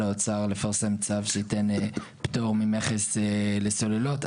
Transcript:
האוצר לפרסם צו שייתן פטור ממכס לסוללות.